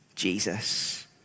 Jesus